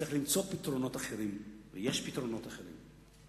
וצריך למצוא פתרונות אחרים ויש פתרונות אחרים.